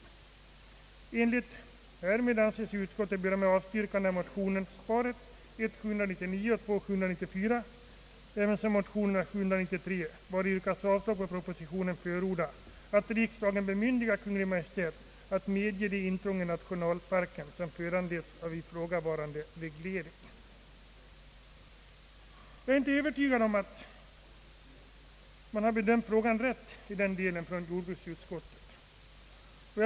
I enlighet härmed anser sig utskottet böra med avstyrkande av motionsparet I: 799 och II: 974 ävensom motionen II: 973, vari yrkats avslag på propositionen, förorda, att riksdagen bemyndigar Kungl. Maj:t att medge de intrång i nationalparken som föranleds av ifrågavarande reglering.» Jag är inte övertygad om att man i den delen har bedömt frågan rätt från Jordbruksutskottets sida.